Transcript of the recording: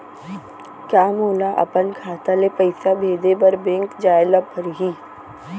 का मोला अपन खाता ले पइसा भेजे बर बैंक जाय ल परही?